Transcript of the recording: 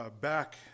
back